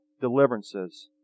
deliverances